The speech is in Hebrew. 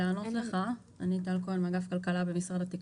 אני מאגף כלכלה במשרד התקשורת.